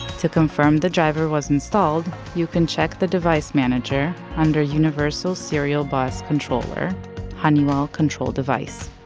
to confirm the driver was installed you can check the device manager, under universal serial bus controller honeywell control device.